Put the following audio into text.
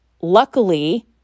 luckily